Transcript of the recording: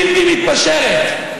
בלתי מתפשרת,